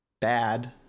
Bad